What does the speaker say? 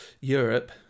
europe